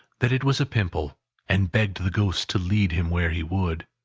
that it was a pimple and begged the ghost to lead him where he would.